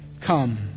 come